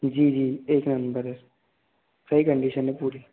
जी जी एक नंबर है सही कंडीशन है पूरी